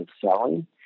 selling